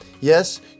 Yes